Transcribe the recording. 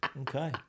Okay